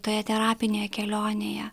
toje terapinėje kelionėje